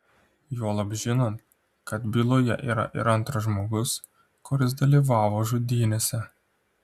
juolab žinant kad byloje yra ir antras žmogus kuris dalyvavo žudynėse